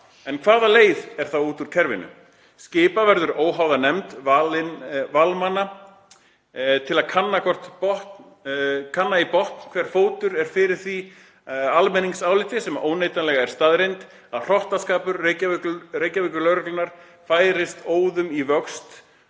En hvaða leið er þá útúr kerfinu? Skipa verður óháða nefnd valmenna til að kanna í botn hver fótur er fyrir því almenningsáliti, sem óneitanlega er staðreynd, að hrottaskapur Reykjavíkurlögreglunnar færist óðum í vöxt